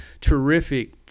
terrific